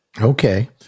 Okay